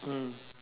mm